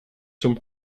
zum